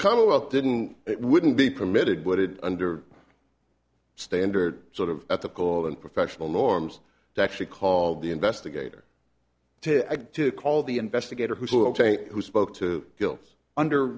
commonwealth didn't it wouldn't be permitted would it under standard sort of ethical and professional norms to actually call the investigator to call the investigator who ok who spoke to bills under